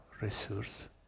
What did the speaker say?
resource